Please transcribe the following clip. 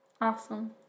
Awesome